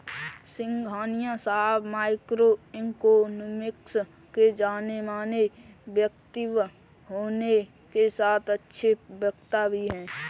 सिंघानिया साहब micro economics के जानेमाने व्यक्तित्व होने के साथ अच्छे प्रवक्ता भी है